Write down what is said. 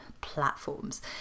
platforms